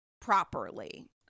properly